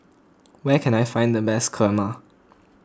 where can I find the best Kurma